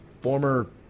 former